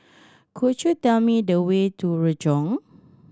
could you tell me the way to Renjong